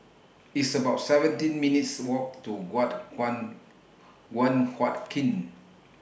It's about seventeen minutes' Walk to What Kuan Guan Huat Kiln